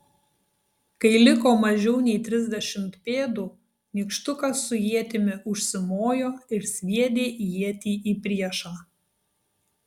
kai liko mažiau nei trisdešimt pėdų nykštukas su ietimi užsimojo ir sviedė ietį į priešą